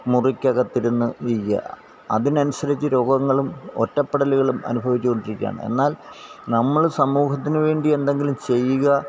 മുറിക്കകത്തിരുന്ന് ഇയ്യ അതിനനുസരിച്ച് രോഗങ്ങളും ഒറ്റപ്പെടലുകളും അനുഭവിച്ചുകൊണ്ടിരിക്കുകയാണ് എന്നാല് നമ്മള് സമൂഹത്തിനുവേണ്ടി എന്തെങ്കിലും ചെയ്യുക